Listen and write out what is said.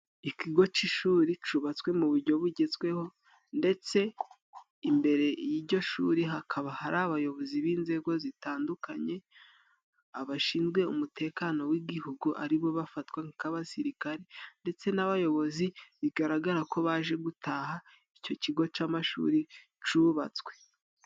Ikigo c'ishuri cubatswe mu bujyo bugezweho ndetse imbere y'ijyo shuri hakaba hari abayobozi b'inzego zitandukanye, abashinzwe umutekano w'igihugu aribo bafatwa nk'abasirikare ndetse n'abayobozi bigaragara ko baje gutaha ico kigo c'amashuri cubatswe.